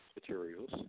materials